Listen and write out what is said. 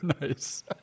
Nice